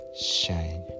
shine